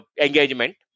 engagement